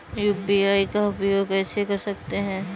UPI का उपयोग कैसे कर सकते हैं?